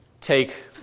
Take